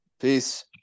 Peace